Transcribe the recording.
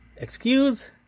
Excuse